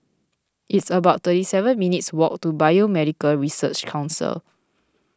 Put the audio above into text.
it's about thirty seven minutes' walk to Biomedical Research Council